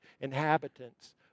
inhabitants